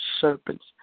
serpents